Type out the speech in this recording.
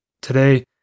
today